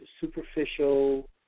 superficial